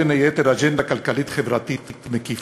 עיצבתי, בין היתר, אג'נדה כלכלית-חברתית מקיפה,